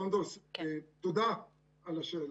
סונדוס, תודה על השאלה.